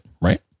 right